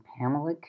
Pamela